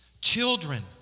children